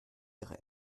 ihre